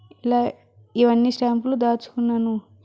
ఇలా ఇవన్నీ స్టాంపులు దాచుకున్నాను